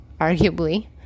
arguably